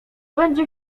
będzie